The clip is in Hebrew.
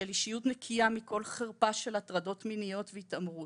של אישיות נקיה מכל חרפה של הטרדות מיניות והיתמרות.